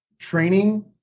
training